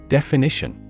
Definition